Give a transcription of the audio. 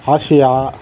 Asia